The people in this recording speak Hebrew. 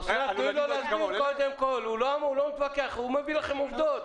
הוא לא מתווכח, הוא מביא לכם עובדות.